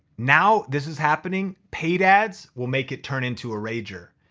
now this is happening. paid ads will make it turn into a rager,